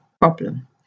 problem